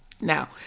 Now